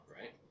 right